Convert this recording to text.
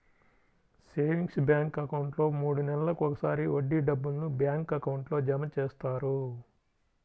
savings bank అకౌంట్లో మూడు నెలలకు ఒకసారి వడ్డీ డబ్బులను బ్యాంక్ అకౌంట్లో జమ చేస్తారు